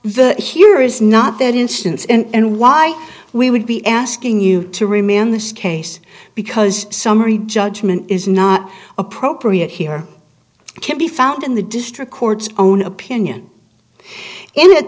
the here is not that instance and why we would be asking you to remain in this case because summary judgment is not appropriate here can be found in the district court's own opinion